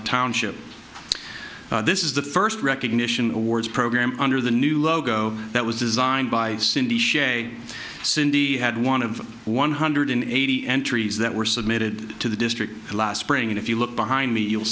the township this is the first recognition awards program under the new logo that was designed by cindy sheehan cindy had one of one hundred eighty entries that were submitted to the district last spring and if you look behind me you'll